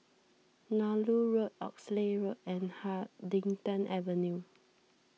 Nallur Road Oxley Road and Huddington Avenue